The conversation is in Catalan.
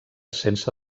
sense